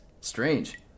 Strange